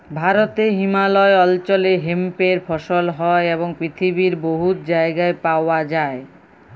ভারতে হিমালয় অল্চলে হেম্পের ফসল হ্যয় এবং পিথিবীর বহুত জায়গায় পাউয়া যায়